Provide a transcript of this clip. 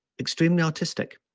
extremely artistic.